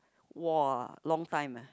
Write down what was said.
!wah! long time ah